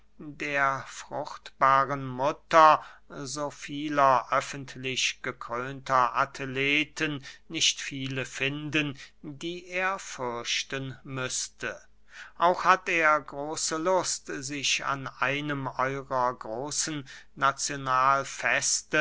der fruchtbaren mutter so vieler öffentlich gekrönter athleten nicht viele finden die er fürchten müßte auch hat er große lust sich an einem eurer großen